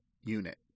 unit